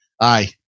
aye